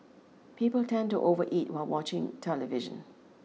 people tend to overeat while watching the television